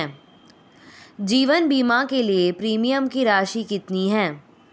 जीवन बीमा के लिए प्रीमियम की राशि कितनी है?